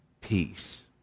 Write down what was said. peace